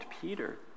Peter